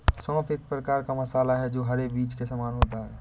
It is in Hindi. सौंफ एक प्रकार का मसाला है जो हरे बीज के समान होता है